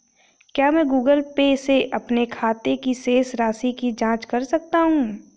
क्या मैं Google Pay से अपने खाते की शेष राशि की जाँच कर सकता हूँ?